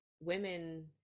women